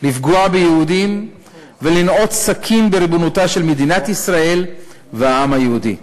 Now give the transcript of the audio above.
לפגוע ביהודים ולנעוץ סכין בריבונותה של מדינת ישראל והעם היהודי.